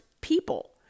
people